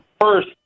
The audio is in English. First